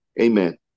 Amen